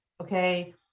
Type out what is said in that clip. okay